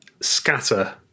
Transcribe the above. Scatter